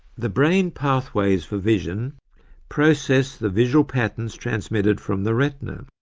the brain pathways for vision process the visual patterns transmitted from the retina.